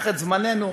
יש יושב-ראש לישיבה.